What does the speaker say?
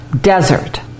desert